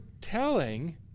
telling